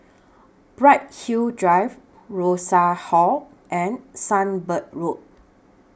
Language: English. Bright Hill Drive Rosas Hall and Sunbird Road